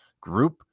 group